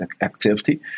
activity